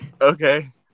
Okay